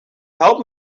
help